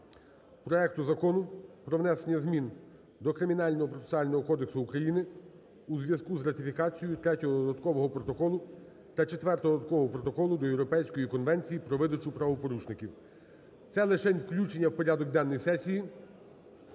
проекту Закону про внесення змін до Кримінального процесуального кодексу України у зв'язку з ратифікацією Третього додаткового протоколу та Четвертого додаткового протоколу до Європейської конвенції про видачу правопорушників. Це лишень включення в порядок денний сесії.